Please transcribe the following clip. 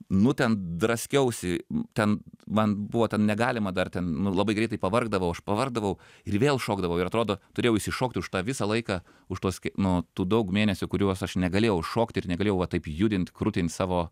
nu ten draskiausi ten man buvo ten negalima dar ten nu labai greitai pavargdavau aš pavargdavau ir vėl šokdavau ir atrodo turėjau išsišokti už tą visą laiką už tuos no tų daug mėnesių kuriuos aš negalėjau šokti ir negalėjau va taip judint krutint savo